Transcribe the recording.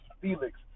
Felix